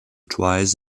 twice